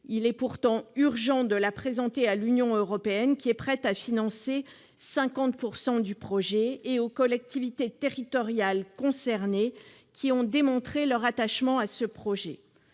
Il est pourtant urgent de la présenter à l'Union européenne, qui est prête à financer 50 % des travaux, et aux collectivités territoriales concernées, qui ont démontré leur attachement à ce projet.